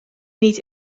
niet